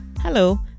Hello